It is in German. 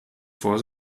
vor